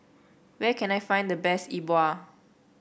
where can I find the best E Bua